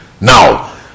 now